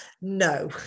No